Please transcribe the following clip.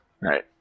right